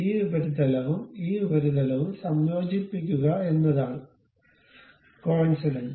ഈ ഉപരിതലവും ഈ ഉപരിതലവും സംയോജിപ്പിക്കുക എന്നതാണ് കോഇൻസിഡന്റ്